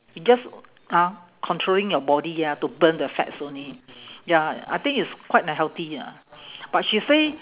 you just ah controlling your body ah to burn the fats only ya I think it's quite unhealthy lah but she say